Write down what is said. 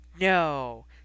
No